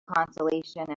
consolation